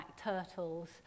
turtles